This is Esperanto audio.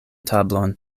tablon